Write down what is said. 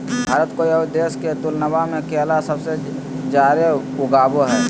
भारत कोय आउ देश के तुलनबा में केला सबसे जाड़े उगाबो हइ